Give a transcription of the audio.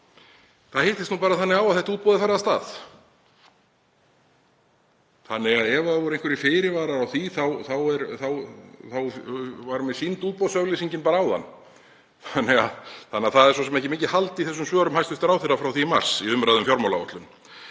Það hittist nú bara þannig á að þetta útboð er farið af stað. Ef það voru einhverjir fyrirvarar á því þá var mér sýnd útboðsauglýsingin bara áðan. Þannig að það er svo sem ekki mikið hald í þessum svörum hæstv. ráðherra frá því í mars í umræðu um fjármálaáætlun.